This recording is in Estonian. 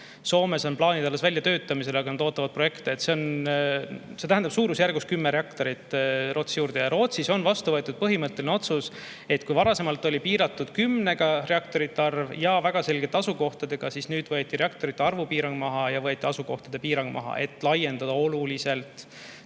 Soomes on plaanid alles väljatöötamisel, aga nad ootavad projekte. See tähendab suurusjärgus kümme reaktorit Rootsi juurde. Rootsis on vastu võetud põhimõtteline otsus, et kui varasemalt oli reaktorite arv piiratud kümnega ja väga selgelt asukohtadega, siis nüüd võeti reaktorite arvu piirang maha ja võeti asukohtade piirang maha, et laiendada oluliselt